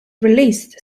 released